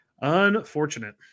Unfortunate